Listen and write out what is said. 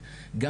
שפתי,